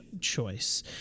choice